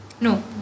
No